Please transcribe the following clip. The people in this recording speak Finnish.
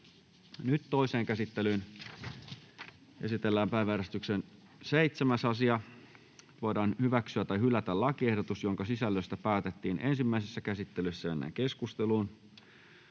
Toiseen käsittelyyn esitellään päiväjärjestyksen 5. asia. Nyt voidaan hyväksyä tai hylätä lakiehdotus, jonka sisällöstä päätettiin ensimmäisessä käsittelyssä. — Keskusteluun.